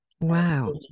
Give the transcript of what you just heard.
Wow